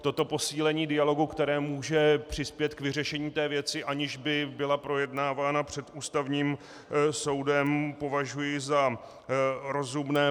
Toto posílení dialogu, které může přispět k vyřešení té věci, aniž by byla projednávána před Ústavním soudem, považuji za rozumné.